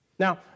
Now